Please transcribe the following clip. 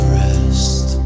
rest